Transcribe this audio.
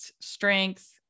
strength